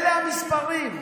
אלה המספרים.